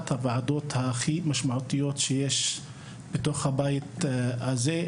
הוועדות הכי משמעותיות שיש בתוך הבית הזה,